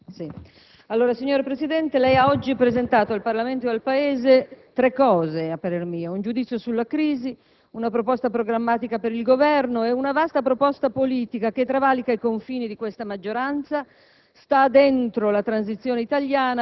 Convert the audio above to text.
Signor Presidente, a mio parere lei ha oggi presentato al Parlamento e al Paese tre cose: un giudizio sulla crisi, una proposta programmatica per il Governo e una vasta proposta politica che travalica i confini di questa maggioranza